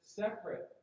separate